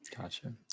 Gotcha